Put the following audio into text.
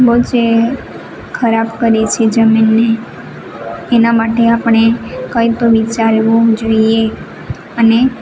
વોચે ખરાબ કરીએ છે જમીને એના માટે આપણે કઈ તો વિચારવું જોઈએ અને